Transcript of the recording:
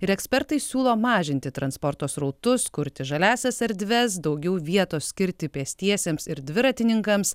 ir ekspertai siūlo mažinti transporto srautus kurti žaliąsias erdves daugiau vietos skirti pėstiesiems ir dviratininkams